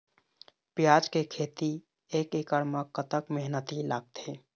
प्याज के खेती एक एकड़ म कतक मेहनती लागथे?